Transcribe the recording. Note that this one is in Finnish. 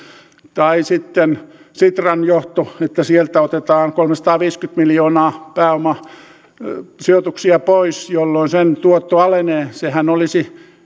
tai sitten sitran johto että sieltä otetaan kolmesataaviisikymmentä miljoonaa pääomasijoituksia pois jolloin sen tuotto alenee sehän olisi